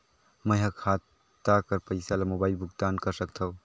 मैं ह खाता कर पईसा ला मोबाइल भुगतान कर सकथव?